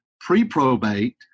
pre-probate